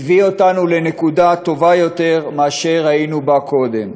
הביא אותנו לנקודה טובה יותר מזו שהיינו בה קודם.